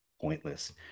pointless